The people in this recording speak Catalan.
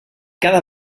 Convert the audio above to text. cada